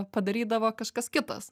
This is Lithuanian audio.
padarydavo kažkas kitas